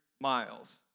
miles